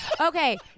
Okay